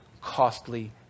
costly